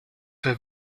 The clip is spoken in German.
der